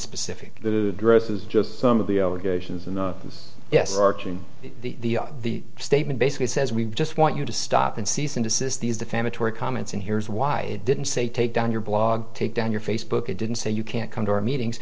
specific addresses just some of the allegations and yes arching the the statement basically says we just want you to stop and cease and desist these defamatory comments and here's why it didn't say take down your blog take down your facebook it didn't say you can't come to our meetings